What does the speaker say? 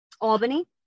Albany